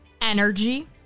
energy